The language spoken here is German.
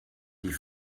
die